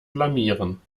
blamieren